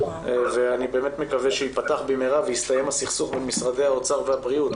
ואני באמת מקווה שייפתח במהרה ויסתיים הסכסוך בין משרדי האוצר והבריאות,